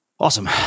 Awesome